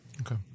Okay